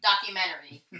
documentary